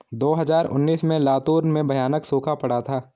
दो हज़ार उन्नीस में लातूर में भयानक सूखा पड़ा था